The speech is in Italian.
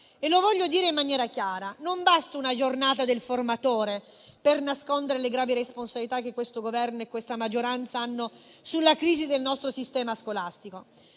Lo voglio dire in maniera chiara: non basta una Giornata del formatore per nascondere le gravi responsabilità che questo Governo e questa maggioranza hanno nella crisi del nostro sistema scolastico.